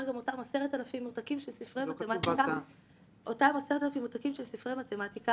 "פלאש 90" - והעלינו לפייסבוק חטפתי תביעה.